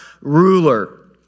ruler